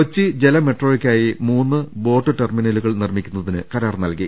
കൊച്ചി ജലമെട്രോയ്ക്കായി മൂന്ന് ബോട്ട് ടെർമിനലുകൾ നിർമ്മി ക്കുന്നതിന് കരാർ നൽകി